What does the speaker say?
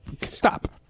stop